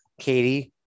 Katie